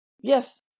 yes